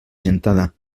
gentada